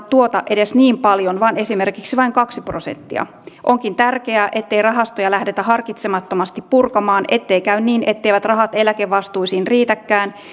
tuota edes niin paljon vaan esimerkiksi vain kaksi prosenttia onkin tärkeää ettei rahastoja lähdetä harkitsemattomasti purkamaan ettei käy niin etteivät rahat eläkevastuisiin riitäkään